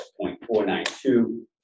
0.492